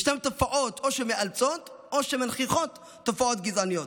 יש תופעות שמאלצות או מנכיחות תופעות גזעניות,